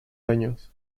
años